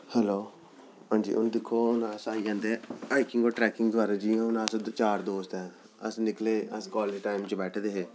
hello हां जी हून दिक्खो हून अस आई जंदे ट्रैकिंग बारै जियां हून अस चार दोस्त ऐ अस निकले अस कालेज टैम च बैठे दे हे